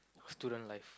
student life